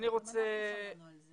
גם אנחנו שמענו על זה.